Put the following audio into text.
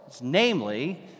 Namely